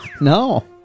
No